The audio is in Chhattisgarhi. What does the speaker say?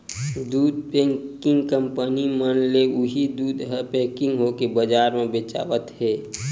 दू पेकिंग कंपनी मन ले उही दूद ह पेकिग होके बजार म बेचावत हे